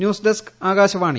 news desk Akashvani